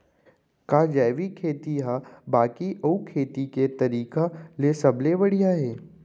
का जैविक खेती हा बाकी अऊ खेती के तरीका ले सबले बढ़िया हे?